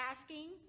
asking